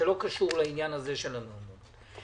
שלא קשור לעניין הזה של המעונות.